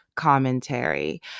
commentary